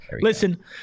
Listen